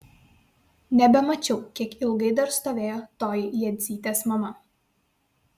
nebemačiau kiek ilgai dar stovėjo toji jadzytės mama